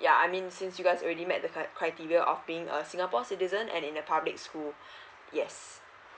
ya I mean since you guys already met the criteria of being a singapore citizen and in the public school yes